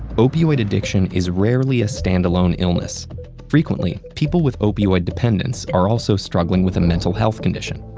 opioid addiction is rarely a stand-alone illness frequently, people with opioid dependence are also struggling with a mental health condition.